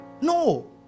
No